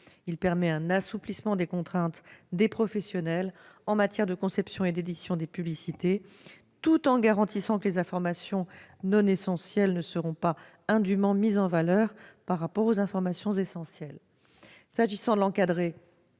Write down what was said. Il permet un assouplissement des contraintes des professionnels en matière de conception et d'édition des publicités, tout en garantissant que les informations non essentielles ne seront pas indûment mises en valeur par rapport aux informations essentielles. Quant à l'encadré,